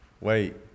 wait